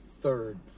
third